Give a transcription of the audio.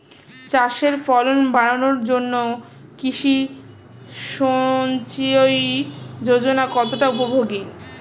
চাষের ফলন বাড়ানোর জন্য কৃষি সিঞ্চয়ী যোজনা কতটা উপযোগী?